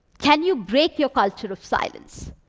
can you break your culture of silence?